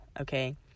okay